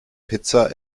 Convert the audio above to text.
pizza